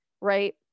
right